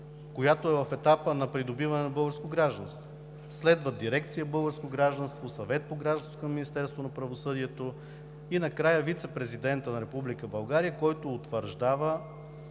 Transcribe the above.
която е в етапа на придобиване на българско гражданство. Следва дирекция „Българско гражданство“, Съвет по гражданство към Министерството на правосъдието и накрая вицепрезидентът на Република България, който утвърждава,